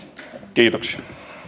kiitoksia